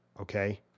Okay